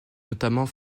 notamment